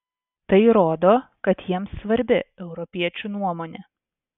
tai rodo kad jiems svarbi europiečių nuomonė